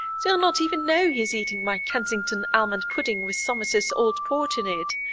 so he'll not even know he's eating my kensington almond pudding with thomas's old port in it,